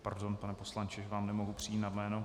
Pardon, pane poslanče, že vám nemohu přijít na jméno .